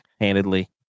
handedly